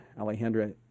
alejandra